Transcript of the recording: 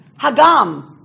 Hagam